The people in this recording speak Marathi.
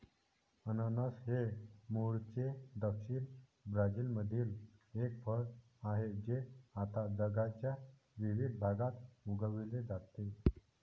अननस हे मूळचे दक्षिण ब्राझीलमधील एक फळ आहे जे आता जगाच्या विविध भागात उगविले जाते